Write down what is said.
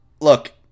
look